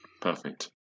Perfect